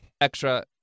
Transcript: extra-